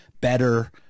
better